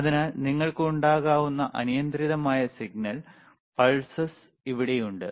അതിനാൽ നിങ്ങൾക്ക് ഉണ്ടാകാവുന്ന അനിയന്ത്രിതമായ സിഗ്നൽ പൾസസ് ഇവിടെയുണ്ട്